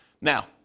Now